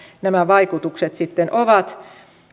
nämä vaikutukset sitten ovat